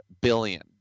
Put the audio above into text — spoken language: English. billion